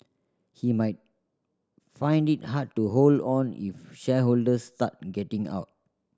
he might find it hard to hold on if shareholders start getting out